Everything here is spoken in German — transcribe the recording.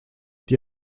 die